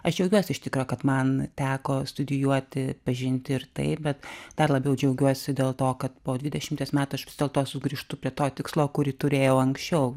aš džiaugiuosi iš tikro kad man teko studijuoti pažinti ir tai bet dar labiau džiaugiuosi dėl to kad po dvidešimties metų aš vis dėlto sugrįžtu prie to tikslo kurį turėjau anksčiau